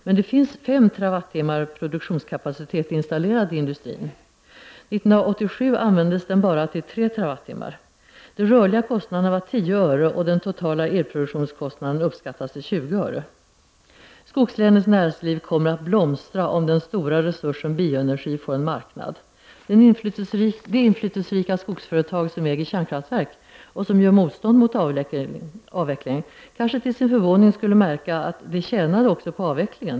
Men det finns 5 TWh produktionskapacitet installerad i industrin. 1987 användes den bara till 3 TWh. De rörliga kostnaderna var 10 öre och den totala elproduktionskostnaden uppskattas till 20 öre. Skogslänens näringsliv kommer att blomstra om den stora resursen bioenergi får en marknad. Det inflytelserika skogsföretag som äger kärnkraftverk och som gör motstånd mot avvecklingen kanske till sin förvåning skulle märka att det tjänade också på avvecklingen.